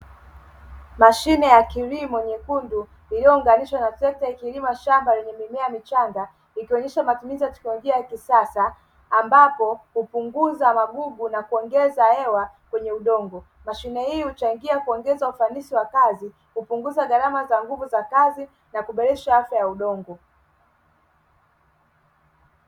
Mashine ya kilimo nyekundu iliyounganishwa na sekta ya kilimo shamba lenye mimea michanga ikionyesha matumizi ya tukiongea ya kisasa, ambapo hupunguza magugu na kuongeza hewa kwenye udongo. Mashine hii huchangia kuongeza ufanisi wa kazi kupunguza gharama za nguvu za kazi na kuboresha afya ya udongo.